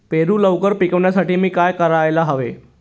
पेरू लवकर पिकवण्यासाठी मी काय करायला हवे?